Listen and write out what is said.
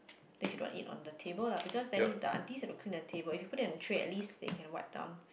things you don't want to eat on the table lah because then the aunties have to clean the tables if you put it on the tray at least they can wipe down